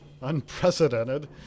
unprecedented